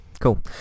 cool